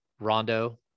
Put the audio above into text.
Rondo